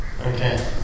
okay